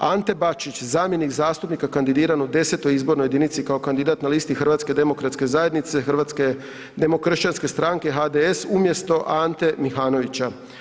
Ante Bačić, zamjenik zastupnika kandidiran u X. izbornoj jedinici kao kandidat na listi Hrvatske demokratske zajednice, Hrvatske demokršćanske stranke, HDS umjesto Ante Mihanovića.